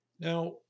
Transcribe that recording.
Now